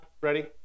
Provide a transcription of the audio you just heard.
ready